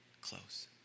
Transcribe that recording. close